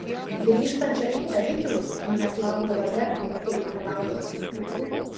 grįžtančio į avikilus manęs laukdavo verchai ir reikalaudavo pinigų